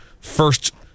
first